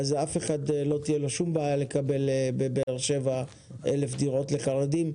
אז אף אחד לא תהיה לו שום בעיה לקבל בבאר שבע 1,000 דירות לחרדים.